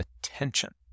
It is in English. Attention